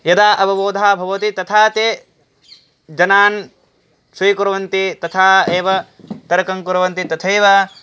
यदा अवबोधनं भवति तथा ते जनान् स्वीकुर्वन्ति तथा एव तर्कं कुर्वन्ति तथैव